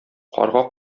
карга